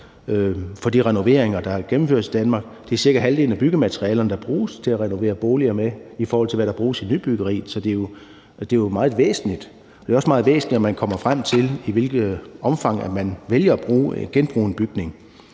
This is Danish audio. for de renoveringer, der gennemføres i Danmark – det er cirka halvdelen af de byggematerialer, der bruges, som benyttes til at renovere boliger med, i forhold til hvad der bruges i nybyggeriet, så det er jo meget væsentligt. Det er også meget væsentligt, at man kommer frem til, i hvilket omfang man vælger at genbruge